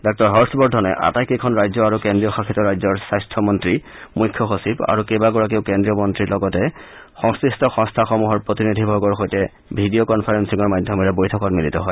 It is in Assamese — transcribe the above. ডাঃ হৰ্ষ বৰ্ধনে আটাইকেইখন ৰাজ্য আৰু কেন্দ্ৰীয় শাসিত ৰাজ্যৰ স্বাস্থামন্ত্ৰী মুখ্য সচিব আৰু কেইবাগৰাকীও কেন্দ্ৰীয় মন্ত্ৰীৰ লগতে সংমিট সংস্থাসমূহৰ প্ৰতিনিধিবৰ্গৰ সৈতে ভিডিঅ' কনফাৰেলিঙৰ মাধ্যমেৰে বৈঠকত মিলিত হয়